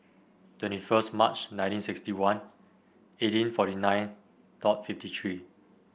twenty first March nineteen sixty one eighteen forty nine dot fifty three